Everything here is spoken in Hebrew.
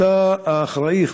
אתה האחראי,